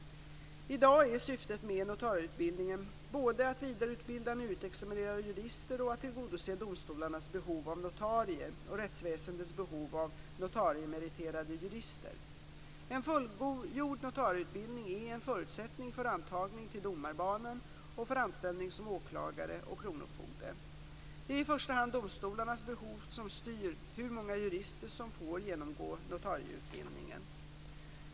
I dag är syftet med notarieutbildningen både att vidareutbilda nyutexaminerade jurister och att tillgodose domstolarnas behov av notarier och rättsväsendets behov av notariemeriterade jurister. En fullgjord notarieutbildning är en förutsättning för antagning till domarbanan och för anställning som åklagare och kronofogde. Det är i första hand domstolarnas behov som styr hur många jurister som får genomgå notarieutbildningen.